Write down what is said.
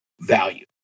value